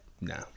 No